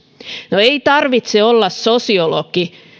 no ei tarvitse olla sosiologi